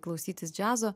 klausytis džiazo